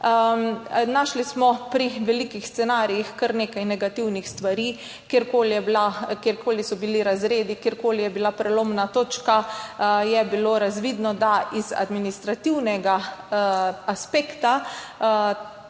Našli smo pri veliko scenarijih kar nekaj negativnih stvari. Kjerkoli so bili razredi, kjerkoli je bila prelomna točka, je bilo razvidno, da iz administrativnega aspekta